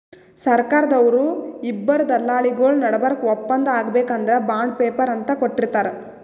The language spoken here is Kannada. ಸರ್ಕಾರ್ದವ್ರು ಇಬ್ಬರ್ ದಲ್ಲಾಳಿಗೊಳ್ ನಡಬರ್ಕ್ ಒಪ್ಪಂದ್ ಆಗ್ಬೇಕ್ ಅಂದ್ರ ಬಾಂಡ್ ಪೇಪರ್ ಅಂತ್ ಕೊಟ್ಟಿರ್ತಾರ್